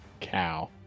cow